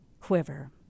quiver